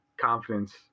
confidence